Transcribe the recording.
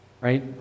right